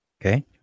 Okay